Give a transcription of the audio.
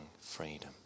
freedom